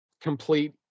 complete